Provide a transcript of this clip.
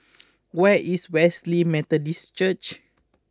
where is Wesley Methodist Church